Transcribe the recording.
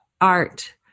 art